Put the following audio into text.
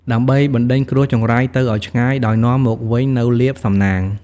ដើម្បីបណ្ដេញគ្រោះចង្រៃទៅឲ្យឆ្ងាយ ដោយនាំមកវិញនូវលាភសំណាង។